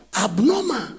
Abnormal